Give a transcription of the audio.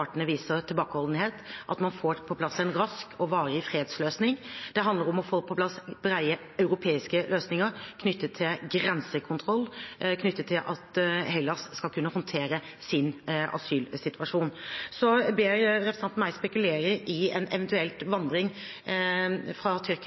viser tilbakeholdenhet, at man får på plass en rask og varig fredsløsning. Det handler om å få på plass brede europeiske løsninger knyttet til grensekontroll, knyttet til at Hellas skal kunne håndtere sin asylsituasjon. Så ber representanten Gharahkhani meg spekulere i en